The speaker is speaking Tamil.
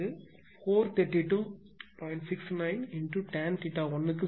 69 × டான் θ1 க்கு சமம்